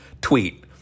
tweet